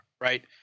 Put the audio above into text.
right